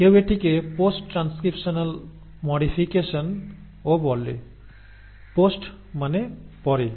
কেউ এটিকে post transcriptional modification ও বলবে পোস্ট মানে পরে